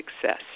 success